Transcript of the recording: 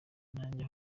nanjye